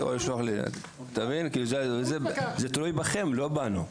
זה תלוי בכם לא בנו.